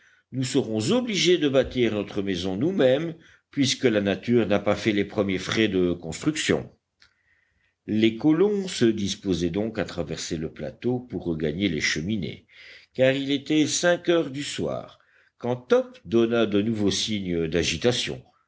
nous serons obligés de bâtir notre maison nous-mêmes puisque la nature n'a pas fait les premiers frais de construction les colons se disposaient donc à traverser le plateau pour regagner les cheminées car il était cinq heures du soir quand top donna de nouveaux signes d'agitation